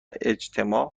اجتماع